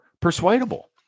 persuadable